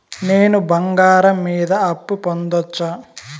నేను బంగారం మీద అప్పు పొందొచ్చా?